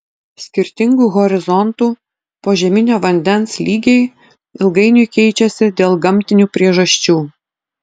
skirtingų horizontų požeminio vandens lygiai ilgainiui keičiasi dėl gamtinių priežasčių